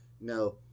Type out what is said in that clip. No